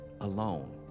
alone